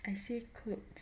I say clothes